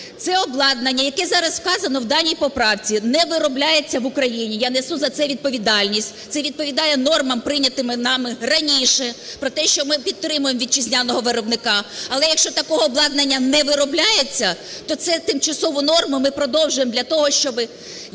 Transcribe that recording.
Це обладнання, яке зараз вказано в даній поправці, не виробляється в Україні, я несу за це відповідальність, це відповідає нормам, прийнятими нами раніше, про те, що ми підтримуємо вітчизняного виробника. Але якщо таке обладнання не виробляється, то це тимчасову норму ми продовжуємо для того, щоб…